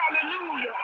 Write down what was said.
hallelujah